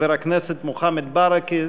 חבר הכנסת מוחמד ברכה.